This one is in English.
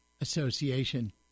Association